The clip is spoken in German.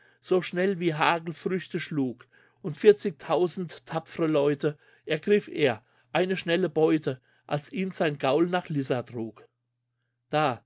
so schnell wie hagel früchte schlug und vierzigtausend tapfre leute ergriff er eine schnelle beute als ihn sein gaul nach lissa trug da